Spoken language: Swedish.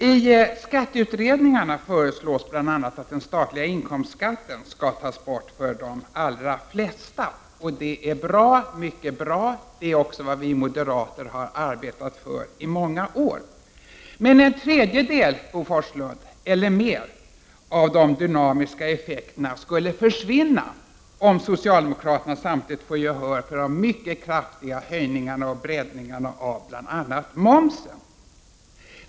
I skatteutredningarna föreslås bl.a. att den statliga inkomstskatten skall tas bort för de allra flesta. Det är mycket bra, och det är vad vi moderater har arbetat för i många år. Men en tredjedel eller mer, Bo Forslund, av de dynamiska effekterna skulle försvinna, om socialdemokraterna samtidigt får gehör för sina förslag till mycket kraftiga höjningar och breddningar av bl.a. momsen.